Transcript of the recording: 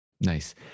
Nice